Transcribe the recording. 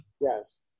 Yes